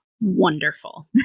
wonderful